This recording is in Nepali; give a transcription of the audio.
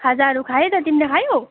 खाजाहरू खाएँ त तिमीले खायौ